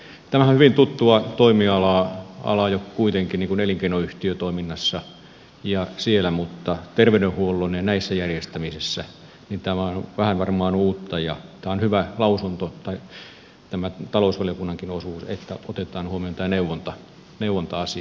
tämähän on hyvin tuttua toimialaa jo kuitenkin elinkeinoyhtiötoiminnassa mutta terveydenhuollon järjestämisessä tämä on vähän varmaan uutta ja tämä on hyvä lausunto tämä talousvaliokunnankin osuus että otetaan huomioon tämä neuvonta asia